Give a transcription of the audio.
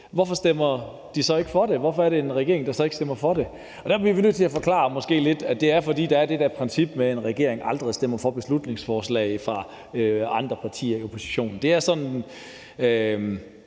Hvorfor stemmer de så ikke for det? Hvorfor stemmer regeringen så ikke for det? Der bliver vi måske nødt til at forklare, at det er, fordi man har det her princip om, at en regering aldrig stemmer for beslutningsforslag fra partier i oppositionen. Det er en